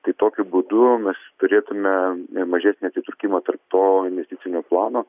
tai tokiu būdu mes turėtume mažesnį atitrūkimą tarp to investicinio plano